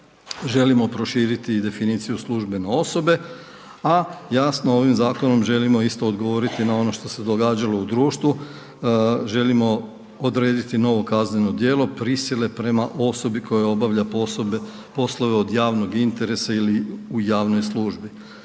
želimo proširiti i definiciju službene osobe a jasno ovim zakonom želimo isto odgovoriti na ono što se događalo u društvu, želimo odrediti novo kazneno djelo prisile prema osobi koja obavlja poslove od javnog interesa ili u javnoj službi.